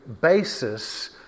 basis